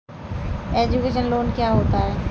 Education loan क्या होता है?